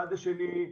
מצד שני,